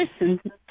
listen